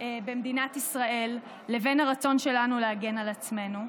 במדינת ישראל לבין הרצון שלנו להגן על עצמנו.